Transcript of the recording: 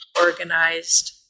organized